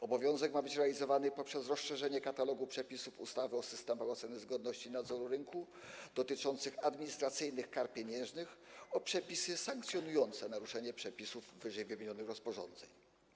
Obowiązek ten ma być realizowany poprzez rozszerzenie katalogu przepisów ustawy o systemach oceny zgodności i nadzoru rynku dotyczących administracyjnych kar pieniężnych o przepisy sankcjonujące naruszenie przepisów wyżej wymienionych rozporządzeń.